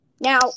Now